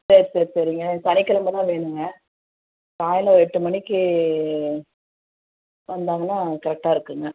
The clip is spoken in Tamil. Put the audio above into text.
சரி சரி சரிங்க சனிக்கிழம தான் வேணுங்க காலையில் ஒரு எட்டு மணிக்கு வந்தாங்கன்னா கரெக்டாக இருக்குங்க